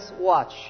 watch